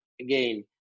Again